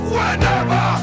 Whenever